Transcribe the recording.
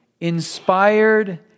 inspired